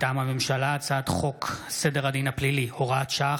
מטעם הממשלה: הצעת חוק סדר הדין הפלילי (הוראת שעה,